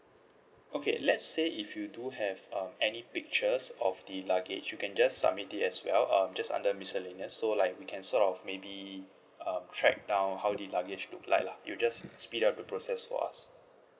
okay let's say if you do have um any pictures of the luggage you can just submit it as well um just under miscellaneous so like we can sort of maybe um track down how the luggage look like lah you just speed up the process for us